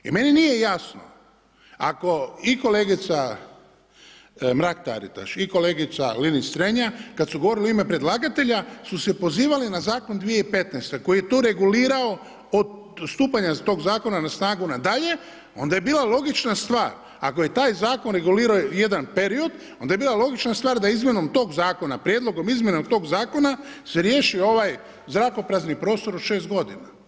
I meni nije jasno, ako i kolegica Mrak-Taritaš i kolegica Linić-Strenja, kad su govorili u ime predlagatelja su pozivali na Zakon 2015. koji je to regulirao od stupanja tog Zakona na snagu na dalje, onda je bila logična stvar, ako je taj Zakon regulirao jedan period, onda je bila logična stvar da izmjenom tog Zakona, prijedlogom izmjena tog Zakona se riješi ovaj zrakoprazni prostor od 6 godina.